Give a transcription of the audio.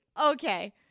Okay